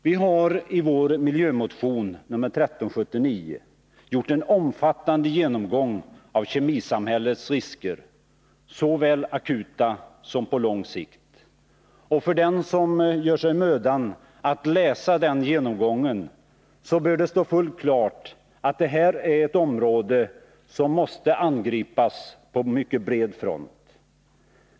Vi har i vår miljömotion nr 1379 gjort en omfattande genomgång av kemisamhällets risker, såväl akuta som på lång sikt. För den som gör sig mödan att läsa den genomgången borde det stå fullt klart att det här är ett område som måste angripas på mycket bred front.